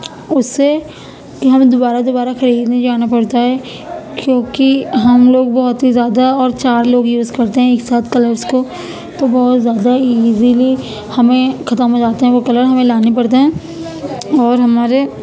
اس سے کہ ہمیں دوبارہ دوبارہ خریدنے جانا پڑتا ہے کیونکہ ہم لوگ بہت ہی زیادہ اور چار لوگ یوز کرتے ہیں ایک ساتھ کلرز کو تو بہت زیادہ ایزلی ہمیں ختم ہو جاتے ہیں وہ کلر ہمیں لانے پڑتے ہیں اور ہمارے